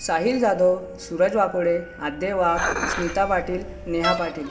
Sahil Jadhav Suraj Wakode Aadyay Wagh Smita Patil Neha Patil